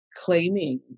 Claiming